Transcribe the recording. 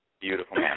Beautiful